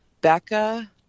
Becca